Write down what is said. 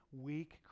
weak